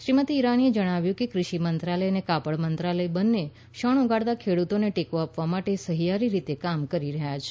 શ્રીમતી ઇરાનીએ જણાવ્યું કે ક઼ષિ મંત્રાલય અને કાપડ મંત્રાલય બંને શણ ઉગાડતા ખેડુતોને ટેકો આપવા માટે સહિયારી રીતે કામ કરી રહ્યા છે